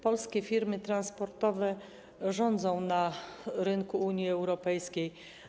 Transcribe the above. Polskie firmy transportowe rządzą na rynku Unii Europejskiej.